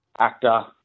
actor